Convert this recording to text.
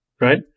Right